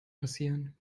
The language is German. passieren